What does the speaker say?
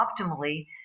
optimally